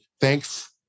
thanks